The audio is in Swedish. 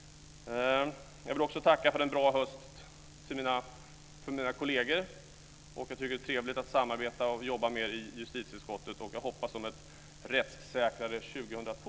Jag vill också tacka mina kolleger för en bra höst. Det är trevligt att samarbeta och jobba med er i justitieutskottet. Jag hoppas på ett rättssäkrare 2002.